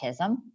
autism